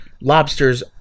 lobsters